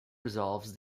resolves